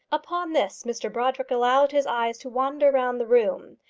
upon this mr brodrick allowed his eyes to wander round the room.